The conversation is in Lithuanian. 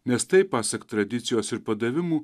nes tai pasak tradicijos ir padavimų